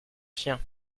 chiens